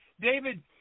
David